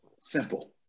simple